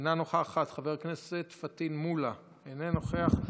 אינה נוכחת, חבר הכנסת פטין מולא, אינו נוכח.